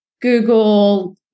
Google